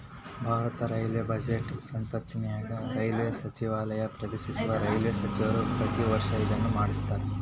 ಭಾರತದ ರೈಲ್ವೇ ಬಜೆಟ್ನ ಸಂಸತ್ತಿನ್ಯಾಗ ರೈಲ್ವೇ ಸಚಿವಾಲಯ ಪ್ರತಿನಿಧಿಸುವ ರೈಲ್ವೇ ಸಚಿವರ ಪ್ರತಿ ವರ್ಷ ಇದನ್ನ ಮಂಡಿಸ್ತಾರ